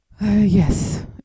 Yes